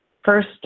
First